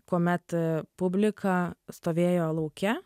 kuomet publika stovėjo lauke